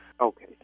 Okay